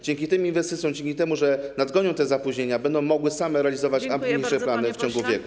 Dzięki tym inwestycjom, dzięki temu, że nadgonią te zapóźnienia, będą mogły same realizować ambitniejsze plany w ciągu wieku.